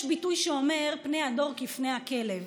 יש ביטוי שאומר: פני הדור כפני הכלב,